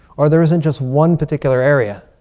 or there isn't just one particular area.